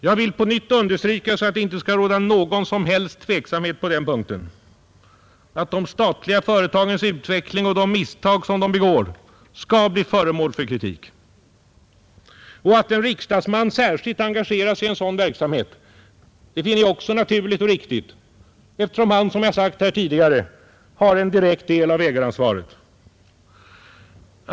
Jag vill på nytt understryka — för att det inte skall råda någon som helst tveksamhet på den punkten — att de statliga företagens utveckling och de misstag som de begår skall bli föremål för kritik. Att en riksdagsman särskilt engagerar sig i en sådan verksamhet finner jag också naturligt och riktigt, eftersom han, som jag sagt här tidigare, har en direkt del av ägaransvaret.